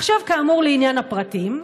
עכשיו, כאמור, לעניין הפרטים.